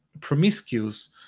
promiscuous